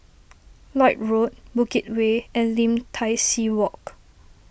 Lloyd Road Bukit Way and Lim Tai See Walk